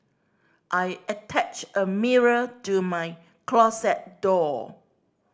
I attached a mirror to my closet door